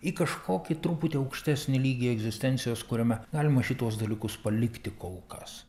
į kažkokį truputį aukštesnį lygį egzistencijos kuriame galima šituos dalykus palikti kol kas